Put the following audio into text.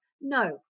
No